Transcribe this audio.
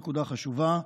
נקודה חשובה,